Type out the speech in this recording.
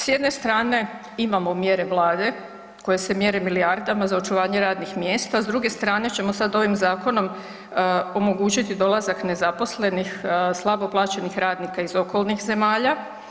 S jedne strane imamo mjere Vlade koje se mjere milijardama za očuvanje radnih mjesta, s druge strane ćemo sada ovim zakonom omogućiti dolazak nezaposlenih, slabo plaćenih radnika iz okolnih zemalja.